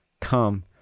Come